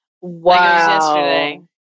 Wow